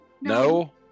No